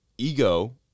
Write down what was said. ego